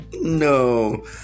No